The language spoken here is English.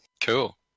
Cool